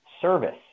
service